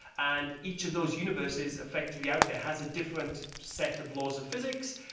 and each of those universes effectively out there has a different set of laws of physics.